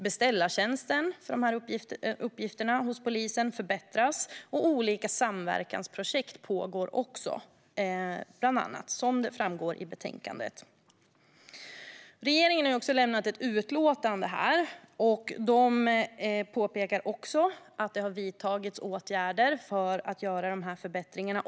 Beställartjänsten för dessa uppgifter hos polisen förbättras, och det pågår också olika samverkansprojekt, vilket framgår av betänkandet. Regeringen har lämnat ett utlåtande och påpekar att det har vidtagits åtgärder för att göra dessa förbättringar.